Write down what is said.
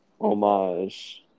homage